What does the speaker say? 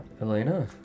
elena